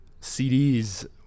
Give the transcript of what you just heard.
CDs